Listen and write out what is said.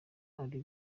ari